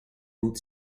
boot